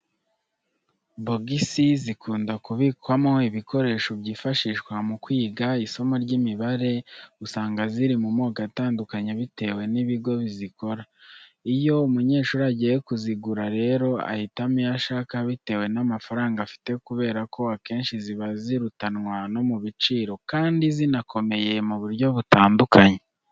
Bogisi zikunda kubikwamo ibikoresho byifashishwa mu kwiga isomo ry'imibare, usanga ziri mu moko atandukanye bitewe n'ibigo bizikora. Iyo umunyeshuri agiye kuzigura rero ahitamo iyo ashaka bitewe n'amafaranga afite kubera ko akenshi ziba zirutanwa mu biciro kandi zinakomeye mu buryo butandukanye.